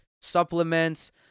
supplements